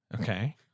Okay